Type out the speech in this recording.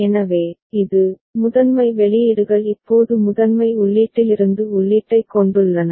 எனவே இது முதன்மை வெளியீடுகள் இப்போது முதன்மை உள்ளீட்டிலிருந்து உள்ளீட்டைக் கொண்டுள்ளன